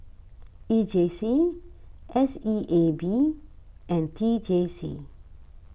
E J C S E A B and T J C